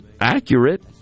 accurate